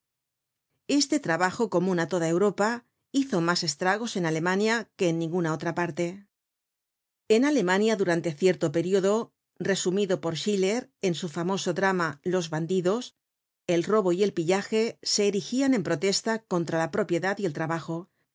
este trabajo comun á toda europa hizo mas estragos en alemania que en ninguna otra parte en alemania durante cierto período resumido por schiller en su famoso drama los bandidos el robo y el pillaje se erigian en protesta contra la propiedad y el trabajo